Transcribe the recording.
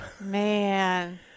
Man